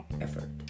Effort